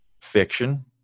Fiction